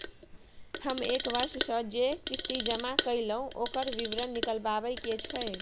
हम एक वर्ष स जे किस्ती जमा कैलौ, ओकर विवरण निकलवाबे के छै?